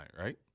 Right